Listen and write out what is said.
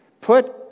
Put